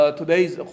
today's